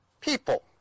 people